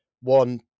one